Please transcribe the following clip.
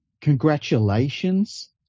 Congratulations